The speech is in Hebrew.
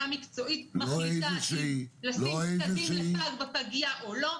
מקצועית מחליטה אם לשים פג בפגייה או לא,